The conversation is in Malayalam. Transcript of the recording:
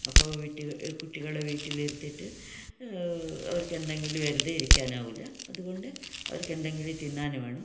അപ്പം വീട്ടിൽ കുട്ടികളെ വീട്ടിലിരുത്തി അവർക്കെന്തങ്കിലു വെറുതെ ഇരിക്കാനാവില്ല അതുകൊണ്ട് അവർക്കെന്തെങ്കില് തിന്നാന് വേണം